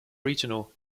regional